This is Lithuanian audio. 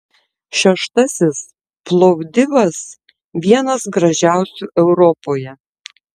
šeštasis plovdivas vienas gražiausių europoje